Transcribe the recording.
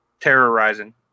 terrorizing